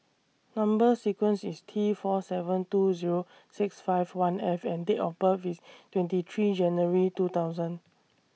Number sequence IS T four seven two Zero six five one F and Date of birth IS twenty three January two thousand